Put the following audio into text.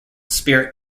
spirit